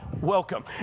Welcome